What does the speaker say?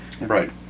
Right